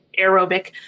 aerobic